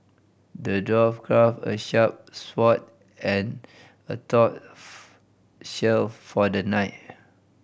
the dwarf crafted a sharp sword and a tough shield for the knight